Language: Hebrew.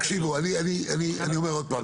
תקשיבו, אני אומר ככה.